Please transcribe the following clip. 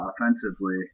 offensively